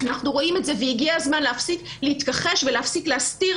אנחנו רואים את זה והגיע הזמן להפסיק להתכחש ולהפסיק להסתיר